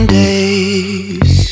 days